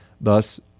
Thus